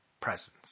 Presence